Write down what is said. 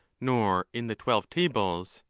nor in the twelve tables,